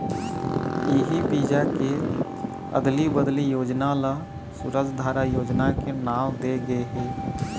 इही बीजा के अदली बदली योजना ल सूरजधारा योजना के नांव दे गे हे